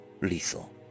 lethal